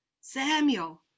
Samuel